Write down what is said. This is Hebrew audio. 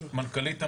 מנכ"לית המשרד,